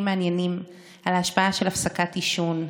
מעניינים על ההשפעה של הפסקת עישון,